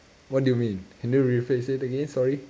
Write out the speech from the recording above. what do you mean can you rephrase it again sorry